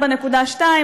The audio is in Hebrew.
4.2,